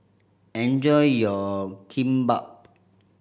enjoy your Kimbap